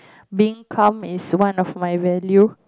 being calm is one of my value